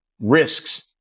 risks